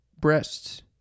breasts